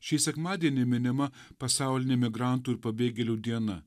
šį sekmadienį minima pasaulinė migrantų ir pabėgėlių diena